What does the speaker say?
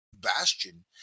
bastion